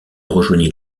rejoignit